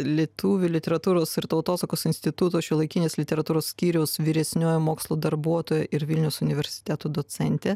lietuvių literatūros ir tautosakos instituto šiuolaikinės literatūros skyriaus vyresnioji mokslo darbuotoja ir vilniaus universiteto docentė